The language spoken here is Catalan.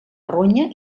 ronya